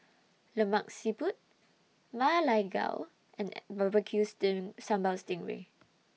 Lemak Siput Ma Lai Gao and Barbecue Sting Ray Sambal Sting Ray